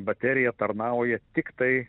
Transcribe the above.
baterija tarnauja tiktai